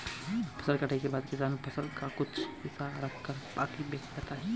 फसल कटाई के बाद किसान फसल का कुछ हिस्सा रखकर बाकी बेच देता है